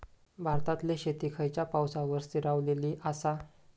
भारतातले शेती खयच्या पावसावर स्थिरावलेली आसा?